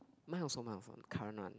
mine also mine also current one